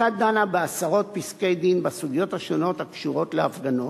הפסיקה דנה בעשרות פסקי-דין בסוגיות השונות הקשורות להפגנות,